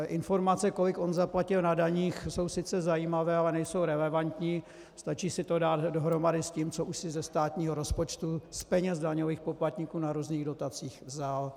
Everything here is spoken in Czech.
Informace, kolik on zaplatil na daních, jsou sice zajímavé, ale nejsou relevantní, stačí si to dát dohromady s tím, co už si ze státního rozpočtu, z peněz daňových poplatníků na různých dotacích vzal.